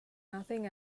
nothing